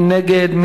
מי נגד?